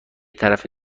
طرف